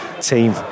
team